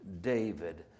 David